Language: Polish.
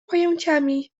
pojęciami